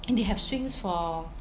and they have swings for